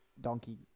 Donkey